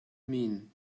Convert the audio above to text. mean